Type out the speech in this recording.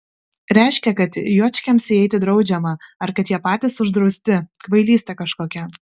reiškia kad juočkiams įeiti draudžiama ar kad jie patys uždrausti kvailystė kažkokia